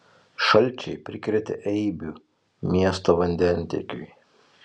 šalčiai prikrėtė eibių miesto vandentiekiui